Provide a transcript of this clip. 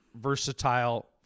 versatile